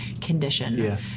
condition